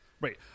Right